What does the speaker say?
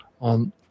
on